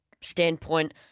standpoint